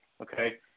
okay